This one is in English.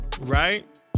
Right